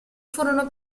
furono